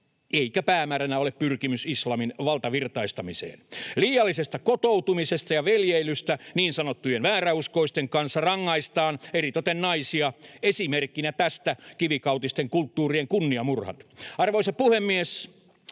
eikä päämääränä ole pyrkimys islamin valtavirtaistamiseen. Liiallisesta kotoutumisesta ja veljeilystä niin sanottujen vääräuskoisten kanssa rangaistaan eritoten naisia, esimerkkinä tästä kivikautisten kulttuurien kunniamurhat. Arvoisa puhemies!